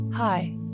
Hi